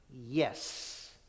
yes